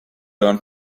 learn